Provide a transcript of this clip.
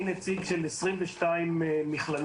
אני נציג של 22 מכללות